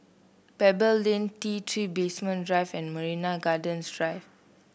Pebble Lane T Three Basement Drive and Marina Gardens Drive